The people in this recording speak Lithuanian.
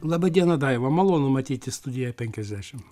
laba diena daiva malonu matyti studijoj penkiasdešim